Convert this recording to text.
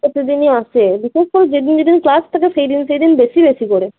প্রতিদিনই আসে বিশেষ করে যেদিন যেদিন ক্লাস থাকে সেইদিন সেইদিন বেশি বেশি করে